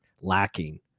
lacking